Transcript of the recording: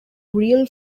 real